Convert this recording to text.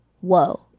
Whoa